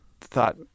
thought